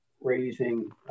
raising